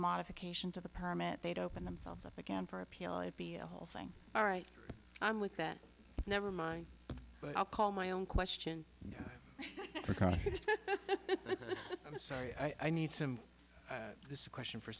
modification to the permit they'd open themselves up again for appeal it be a whole thing all right i'm with that never mind but i'll call my own question because i'm sorry i need some this is a question for